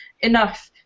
enough